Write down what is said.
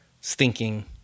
stinking